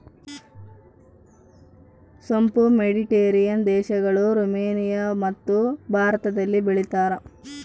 ಸೋಂಪು ಮೆಡಿಟೇರಿಯನ್ ದೇಶಗಳು, ರುಮೇನಿಯಮತ್ತು ಭಾರತದಲ್ಲಿ ಬೆಳೀತಾರ